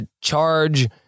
charge